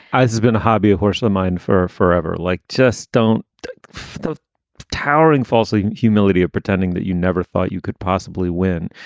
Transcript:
as has been a hobby horse of mine for forever. like just don't do the towering falsely humility of pretending that you never thought you could possibly win.